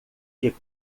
que